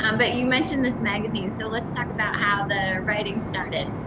um but you mentioned this magazine, so let's talk about how the writing started.